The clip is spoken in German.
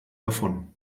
davon